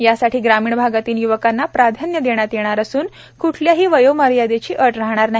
यासाठी ग्रामीण भागातील य्वकांना प्राधान्य देण्यात येणार असून क्ठल्याही वयोमर्यादेची अट राहणार नाही